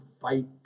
fight